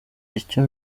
icya